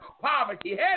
Poverty